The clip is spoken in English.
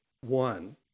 one